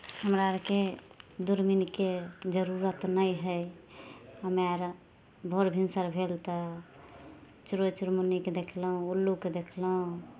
हमरा अरके दूरबीनके जरूरत नहि हइ हमे अर भोर भिनसर भेल तऽ चिड़ै चुनमुनीकेँ देखलहुँ उल्लूकेँ देखलहुँ